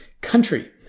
country